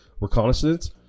reconnaissance